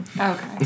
Okay